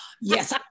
yes